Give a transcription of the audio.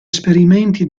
esperimenti